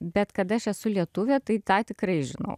bet kad aš esu lietuvė tai tą tikrai žinau